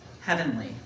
heavenly